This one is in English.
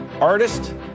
artist